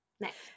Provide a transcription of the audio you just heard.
Next